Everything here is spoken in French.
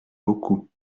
beaucoup